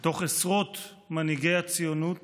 מתוך עשרות מנהיגי הציונות